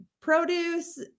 produce